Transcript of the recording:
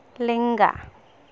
ᱞᱮᱸᱜᱟ